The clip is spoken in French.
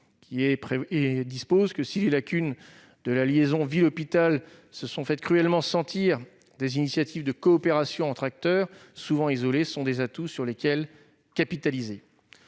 :« Si les lacunes de la liaison ville-hôpital se sont faites cruellement sentir, des initiatives de coopération entre acteurs, souvent isolées, sont des atouts sur lesquels capitaliser.